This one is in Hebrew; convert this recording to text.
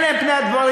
אלה הם פני הדברים,